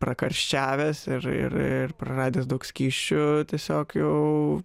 prakarščiavię ir ir ir praradęs daug skysčių tiesiog jau